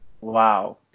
Wow